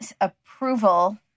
approval